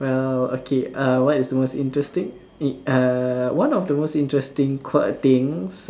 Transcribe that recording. well okay uh what is most interesting err one of the most interesting quite things